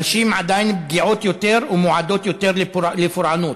נשים עדיין פגיעות יותר ומועדות יותר לפורענות.